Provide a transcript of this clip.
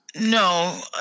no